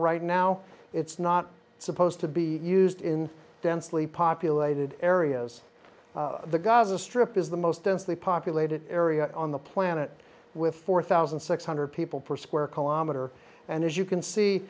right now it's not supposed to be used in densely populated areas the gaza strip is the most densely populated area on the planet with four thousand six hundred people per square kilometer and as you can see